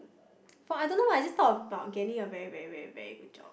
for I don't know why I just thought about getting a very very very very good job